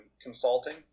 consulting